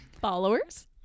Followers